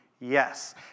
yes